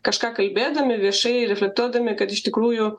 kažką kalbėdami viešai reflektuodami kad iš tikrųjų